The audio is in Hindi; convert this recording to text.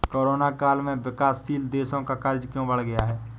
कोरोना काल में विकासशील देशों का कर्ज क्यों बढ़ गया है?